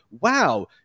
wow